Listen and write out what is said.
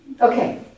Okay